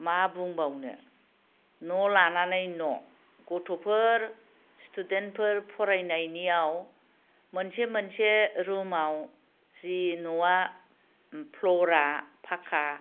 मा बुंबावनो न' लानानै न' गथ'फोर स्थुदेन्तफोर फरायनायनियाव मोनसे मोनसे रुमाव जि न'आ फ्ल'रा फाखा